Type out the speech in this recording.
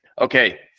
Okay